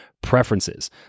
preferences